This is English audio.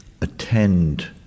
attend